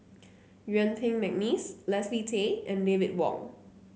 Yuen Peng McNeice Leslie Tay and David Wong